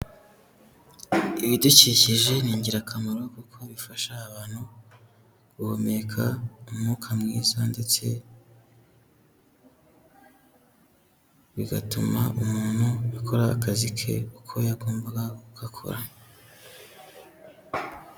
Ibidukikije ni ingirakamaro kuko bifasha abantu guhumeka umwuka mwiza ndetse bigatuma umuntu akora akazi ke uko yagombaga kugakora.